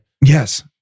Yes